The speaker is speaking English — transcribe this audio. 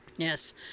Yes